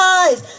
eyes